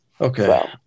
Okay